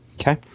Okay